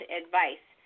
advice